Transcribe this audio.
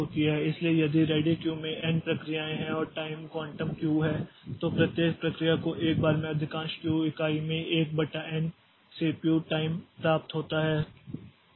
इसलिए यदि ready queue में एन प्रक्रियाऍं हैं और टाइम क्वांटम क्यू है तो प्रत्येक प्रक्रिया को एक बार में अधिकांश क्यू इकाइ में 1 बटा एन सीपीयू टाइम प्राप्त होता है